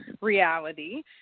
reality